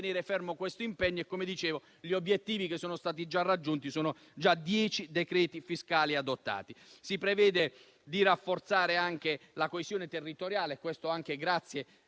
fermo questo impegno; come dicevo, gli obiettivi già raggiunti sono i dieci decreti fiscali adottati. Si prevede di rafforzare la coesione territoriale, anche grazie